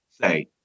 say